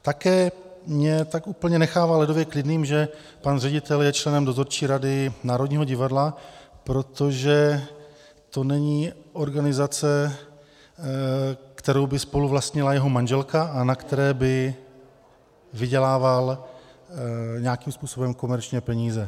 Také mě tak úplně nechává ledově klidným, že pan ředitel je členem dozorčí rady Národního divadla, protože to není organizace, kterou by spoluvlastnila jeho manželka a na které by vydělával nějakým způsobem komerčně peníze.